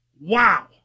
Wow